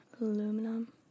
Aluminum